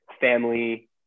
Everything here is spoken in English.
family